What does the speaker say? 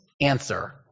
answer